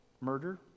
murder